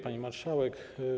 Pani Marszałek!